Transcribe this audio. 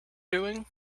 doing